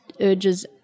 urges